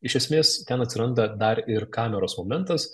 iš esmės ten atsiranda dar ir kameros momentas